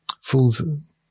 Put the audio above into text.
Fool's